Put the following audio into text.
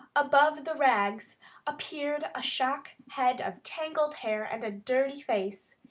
above the rags appeared a shock head of tangled hair and a dirty face,